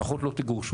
לפחות לא תורשו.